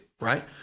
right